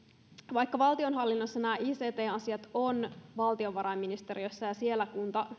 vaikka valtionhallinnossa nämä ict asiat ovat valtiovarainministeriössä ja siellä